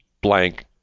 blank